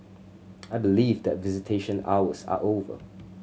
I believe that visitation hours are over